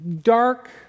dark